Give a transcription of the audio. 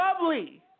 lovely